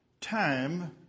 time